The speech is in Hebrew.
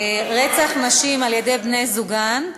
רצח נשים על-ידי בני-זוגן,